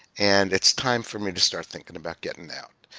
and it's time for me to start thinking about getting out.